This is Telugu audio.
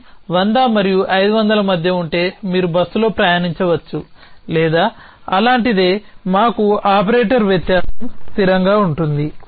దూరం 100 మరియు 500 మధ్య ఉంటే మీరు బస్సులో ప్రయాణించవచ్చు లేదా అలాంటిదేదో మాకు ఆపరేటర్ వ్యత్యాసం స్థిరంగా ఉంటుంది